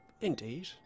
Indeed